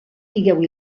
digueu